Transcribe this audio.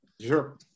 Sure